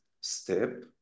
step